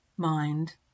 Mind